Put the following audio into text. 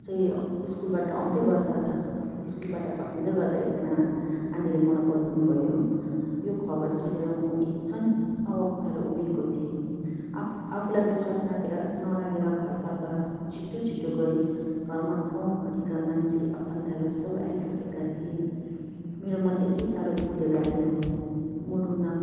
चाहिँ स्कुलबाट आउँदै गर्दा स्कुलबाट फर्किँदै गर्दा एकजना आन्टीले मलाई बताउनुभयो यो खबर सुनेर म एकछन अवाक भएर उभिएको थिएँ आफ आफूलाई नागेर नलागेर घरतर्फ छिटो छिटो गएँ घरमा गाउँभरिका मान्छे आफन्तहरू सब आइसकेका थिएँ मेरो मन यति साह्रो फुलेर आयो म रुन